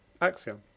Axiom